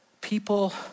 people